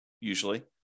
usually